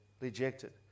rejected